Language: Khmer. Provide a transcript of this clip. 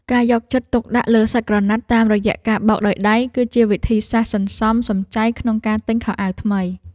ការយកចិត្តទុកដាក់លើសាច់ក្រណាត់តាមរយៈការបោកដោយដៃ គឺជាវិធីសាស្ត្រសន្សំសំចៃក្នុងការទិញខោអាវថ្មី។